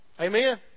Amen